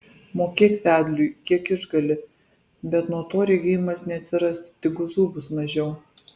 mokėk vedliui kiek išgali bet nuo to regėjimas neatsiras tik guzų bus mažiau